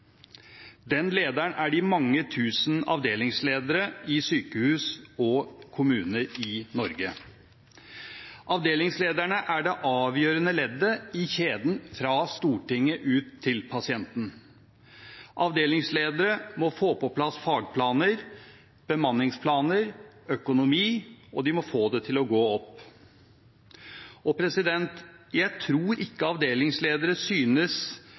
Den lederen er de mange tusen avdelingsledere i sykehus og kommuner i Norge. Avdelingslederne er det avgjørende leddet i kjeden fra Stortinget ut til pasienten. Avdelingsledere må få på plass fagplaner, bemanningsplaner, økonomi, og de må få det til å gå opp. Jeg tror ikke avdelingsledere synes